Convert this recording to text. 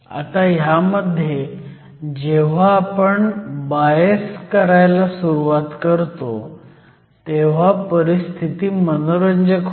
आता ह्यामध्ये जेव्हा आपण बायस करायला सुरू करतो तेव्हा परिस्थिती मनोरंजक होते